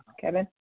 Kevin